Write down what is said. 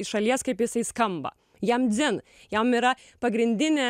iš šalies kaip jisai skamba jam dzin jam yra pagrindinė